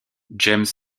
james